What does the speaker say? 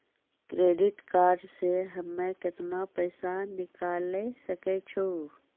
Credit card से हम्मे केतना पैसा निकाले सकै छौ?